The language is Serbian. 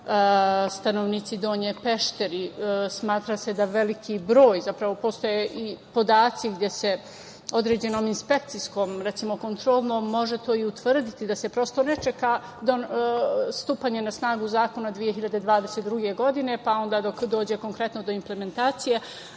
stanovnici Donje Pešteri smatra se da veliki broj, zapravo, postoje i podaci gde se određenom inspekcijskom kontrolom može to i utvrditi da se prosto ne čeka stupanje na snagu zakona 2022. godine, pa onda dok dođe konkretno do implementacije.